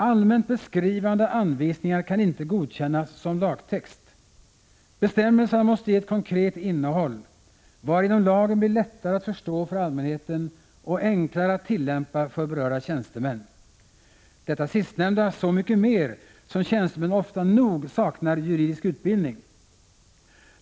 Allmänt beskrivande anvisningar kan inte godkännas som lagtext. Bestämmelserna måste ges ett konkret innehåll, varigenom lagen blir lättare att förstå för allmänheten och enklare att tillämpa för berörda tjänstemän — detta sistnämnda så mycket mer som tjänstemännen ofta nog saknar juridisk utbildning.